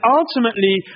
ultimately